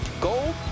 Gold